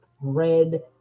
red